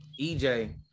EJ